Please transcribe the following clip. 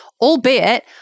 Albeit